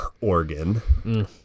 organ